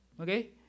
okay